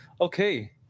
Okay